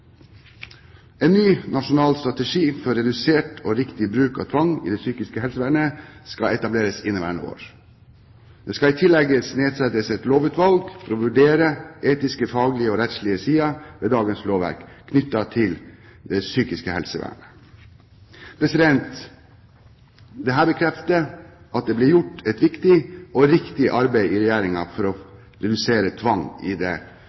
En ny nasjonal strategi for redusert og riktig bruk av tvang i det psykiske helsevernet skal etableres inneværende år. Det skal i tillegg nedsettes et lovutvalg for å vurdere etiske, faglige og rettslige sider ved dagens lovverk knyttet til det psykiske helsevernet. Dette bekrefter at det blir gjort et viktig og riktig arbeid i Regjeringen for å redusere tvang i det